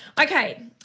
Okay